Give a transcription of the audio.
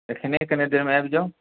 एखने कनि देरमे आबि जाउ